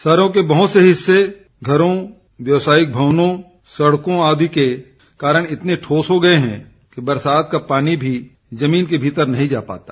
शहरों के बहुत से हिस्से घरों व्यवसायिक भवनों सड़कों आदि के कारण इतने ठोस हो गए हैं कि बरसात का पानी भीजमीन के भीतर नहीं जा पाता